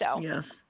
Yes